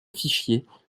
fichiers